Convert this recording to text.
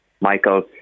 Michael